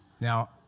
Now